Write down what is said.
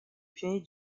pionnier